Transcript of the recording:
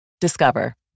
Discover